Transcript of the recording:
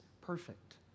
perfect